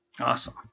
Awesome